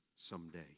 Someday